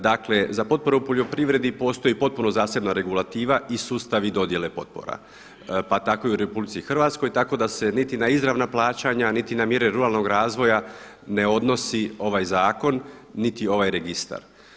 Dakle, za potpore u poljoprivredi postoji potpuno zasebna regulativa i sustavi dodjele potpora, pa tako i u Republici Hrvatskoj tako da se niti na izravna plaćanja, niti na mjere ruralnog razvoja ne odnosi ovaj zakon niti ovaj registar.